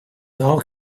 how